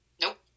Nope